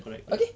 correct correct